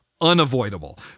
unavoidable